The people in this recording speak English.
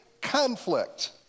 conflict